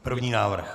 První návrh.